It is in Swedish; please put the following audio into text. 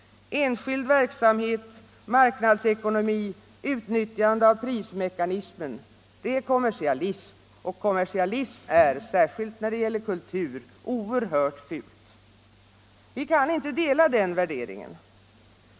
Enskild verksamhet, marknadsekonomi, utnyttjande av prismekanismen — det är kommersialism, och kommersialism är, särskilt då det gäller kultur, oerhört fult. Vi kan inte dela den värderingen.